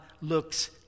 looks